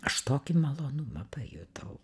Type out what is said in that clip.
aš tokį malonumą pajutau